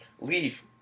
Leave